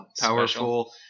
Powerful